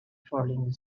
falling